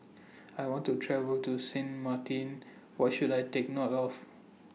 I want to travel to Sint Maarten What should I Take note of